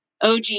OG